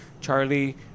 Charlie